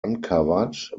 uncovered